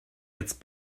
jetzt